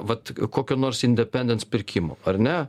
vat kokio nors independents pirkimo ar ne